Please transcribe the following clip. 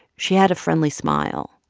she had a friendly smile.